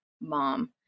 mom